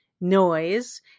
noise